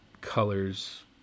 colors